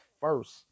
first